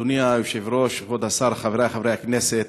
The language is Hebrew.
אדוני היושב-ראש, כבוד השר, חברי חברי הכנסת,